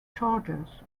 charges